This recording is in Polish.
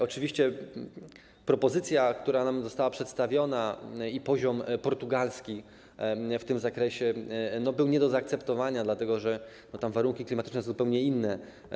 Oczywiście propozycja, która została nam przedstawiona, i poziom portugalski w tym zakresie były nie do zaakceptowania dlatego, że tam warunki klimatyczne są zupełnie inne.